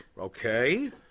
Okay